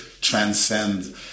transcend